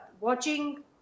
watching